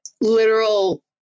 literal